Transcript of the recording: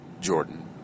Jordan